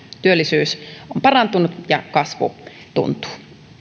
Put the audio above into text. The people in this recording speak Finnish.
työllisyys on parantunut ja kasvu tuntuu